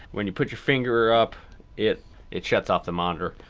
when you put your finger up it it shuts off the monitor.